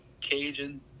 Cajun